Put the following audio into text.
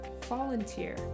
volunteer